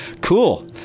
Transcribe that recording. cool